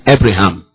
Abraham